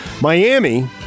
Miami